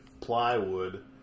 plywood